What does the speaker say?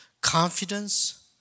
confidence